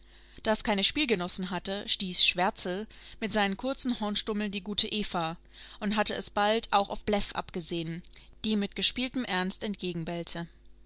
es keine spielgenossen hatte stieß schwärzel mit seinen kurzen hornstummeln die gute eva und hatte es bald auch auf bläff abgesehen die ihm mit gespieltem ernst